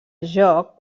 joc